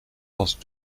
als